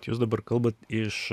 jūs dabar kalbat iš